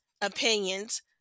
opinions